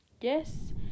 Yes